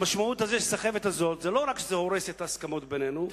המשמעות של הסחבת הזאת היא שלא רק שזה הורס את ההסכמות בינינו,